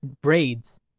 braids